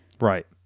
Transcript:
Right